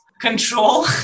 control